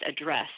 address